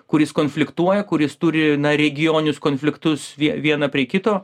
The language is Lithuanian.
kuris konfliktuoja kuris turi regioninius konfliktus vieną prie kito